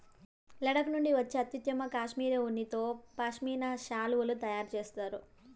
లడఖ్ నుండి వచ్చే అత్యుత్తమ కష్మెరె ఉన్నితో పష్మినా శాలువాలు తయారు చేస్తారు